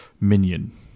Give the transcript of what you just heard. minion